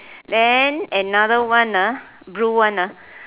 then another one ah blue one ah